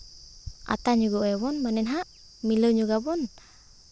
ᱟᱛᱟ ᱧᱚᱜᱽ ᱮᱜᱼᱟ ᱵᱚᱱ ᱢᱟᱱᱮ ᱱᱟᱦᱟᱜ ᱢᱤᱞᱟᱹᱣ ᱧᱚᱜᱟ ᱵᱚᱱ